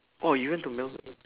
oh you went to melbourne